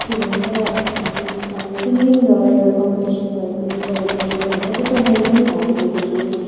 के भन्छ अब सिङ्गिङ भएर एउटा कम्पिटिसन भएको भएको थियो होइन त्यसमा मैले पनि भाग लिएको थिएँ